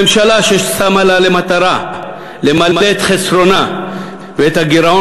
ממשלה ששמה לה למטרה למלא את חסרונה ואת הגירעון